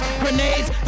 grenades